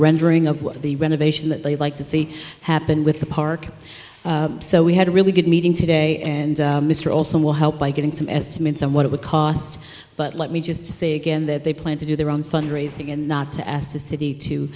rendering of what the renovation that they'd like to see happen with the park so we had a really good meeting today and mr olson will help by getting some estimates on what it would cost but let me just say again that they plan to do their own fundraising and not to ask the city to